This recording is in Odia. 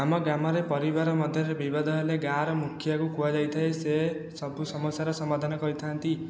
ଆମ ଗ୍ରାମରେ ପରିବାର ମଧ୍ୟରେ ବିବାଦ ହେଲେ ଗାଁର ମୁଖିଆକୁ କୁହାଯାଇଥାଏ ସେ ସବୁ ସମସ୍ୟାର ସମାଧାନ କରିଥାନ୍ତି